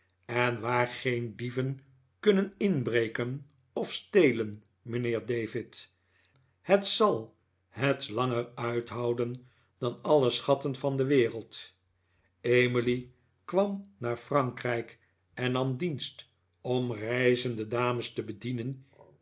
en waar geen dieven kunnen inbreken of stelen mijnheer david het zal het langer uithouden dan alle schatten van de wereld emily kwam naar frankrijk en nam dienst om reizende dames te bedienen